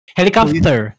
Helicopter